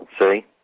See